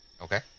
Okay